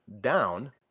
down